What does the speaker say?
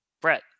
Brett